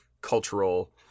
cultural